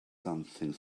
something